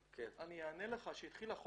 זו גם שאלה.